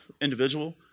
individual